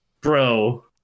bro